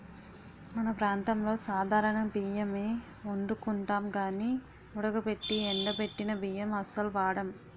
మన ప్రాంతంలో సాధారణ బియ్యమే ఒండుకుంటాం గానీ ఉడకబెట్టి ఎండబెట్టిన బియ్యం అస్సలు వాడం